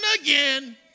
again